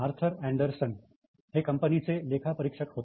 Arthur Andersen हे कंपनीचे लेखापरीक्षक होते